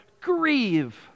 Grieve